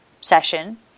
session